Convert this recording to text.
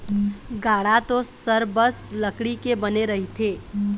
गाड़ा तो सरबस लकड़ी के बने रहिथे